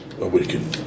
Awaken